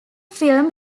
film